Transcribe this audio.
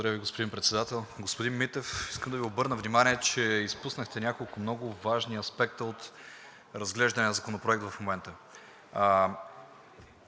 Благодаря, господин Председател. Господин Митев, искам да Ви обърна внимание, че изпуснахте няколко важни аспекта от разглеждания законопроект в момента.